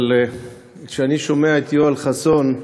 אבל כשאני שומע את יואל חסון,